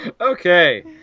Okay